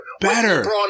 Better